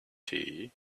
tea